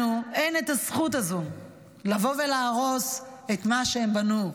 לנו אין את הזכות הזו לבוא ולהרוס את מה שהם בנו.